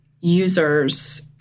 users